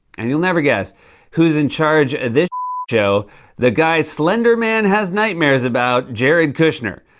and you'll never guess who's in charge of this show the guy slender man has nightmares about jared kushner.